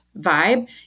vibe